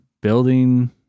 building